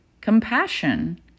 compassion